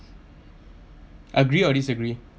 agree or disagree